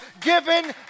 given